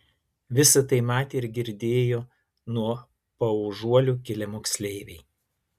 visa tai matė ir girdėjo nuo paužuolių kilę moksleiviai